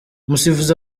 umusifuzi